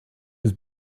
was